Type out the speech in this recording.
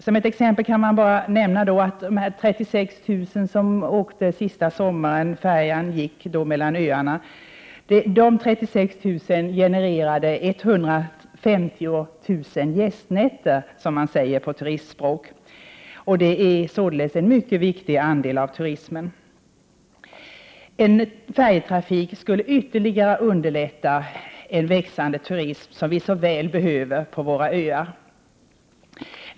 Som exempel kan nämnas att det den senaste sommaren som färjan gick mellan öarna var 36 000 trafikanter, vilket genererade 150 000 gästnätter, som man säger på turistspråk. Det rör sig således om en mycket viktig andel av den totala turismen. En färjetrafik skulle ytterligare underlätta en växande turism, som vi såväl behöver på våra öar.